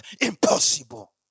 impossible